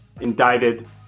indicted